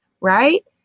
right